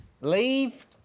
Leave